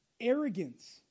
arrogance